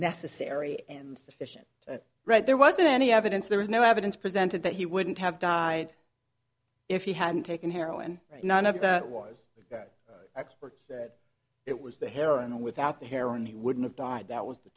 necessary and sufficient right there wasn't any evidence there was no evidence presented that he wouldn't have died if he had taken heroin none of that was good work that it was the hair and without the heroin he wouldn't have died that was the